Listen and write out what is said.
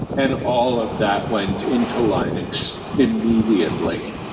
and all of that went into linux immediately.